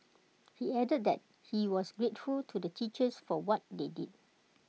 he added that he was grateful to the teachers for what they did